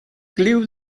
glue